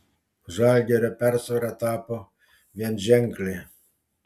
žalgirio persvara tapo vienženklė